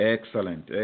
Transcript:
Excellent